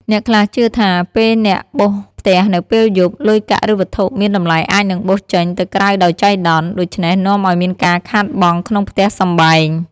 អ្នកខ្លះជឿថា ពេលអ្នកបោសផ្ទះនៅពេលយប់ លុយកាក់ឬវត្ថុមានតម្លៃអាចនឹងបោសចេញទៅក្រៅដោយចៃដន្យ ដូច្នេះនាំឱ្យមានការខាតបង់ក្នុងផ្ទះសម្បែង។